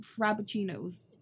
frappuccinos